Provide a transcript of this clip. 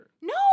No